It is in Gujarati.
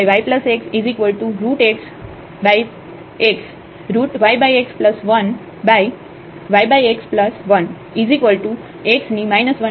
તેવી જ રીતે જો આપણે fxyyxyx ને લઈએ